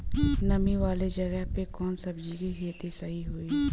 नामी वाले जगह पे कवन सब्जी के खेती सही होई?